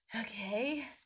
okay